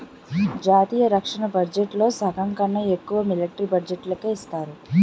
జాతీయ రక్షణ బడ్జెట్లో సగంకన్నా ఎక్కువ మిలట్రీ బడ్జెట్టుకే ఇస్తారు